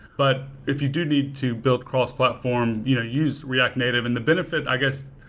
but if you do need to build cross platform you know use react native. and the benefit, i guess,